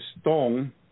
stone